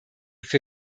für